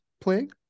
playing